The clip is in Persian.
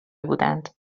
بودند